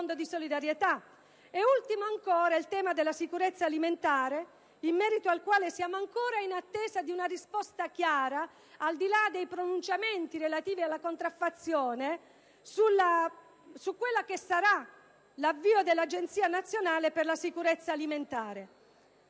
Ancora, ricordo il tema della sicurezza alimentare, in merito al quale siamo tuttora in attesa di una risposta chiara, al di là dei pronunciamenti relativi alla contraffazione, sull'avvio dell'Agenzia nazionale per la sicurezza alimentare.